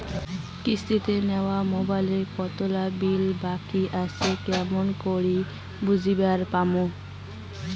কিস্তিতে নেওয়া মোবাইলের কতোলা বিল বাকি আসে কেমন করি জানিবার পামু?